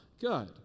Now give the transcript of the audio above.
Good